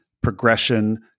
progression